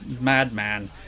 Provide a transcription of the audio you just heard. madman